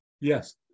Yes